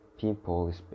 people